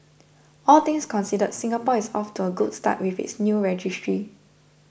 all things considered Singapore is off to a good start with its new registry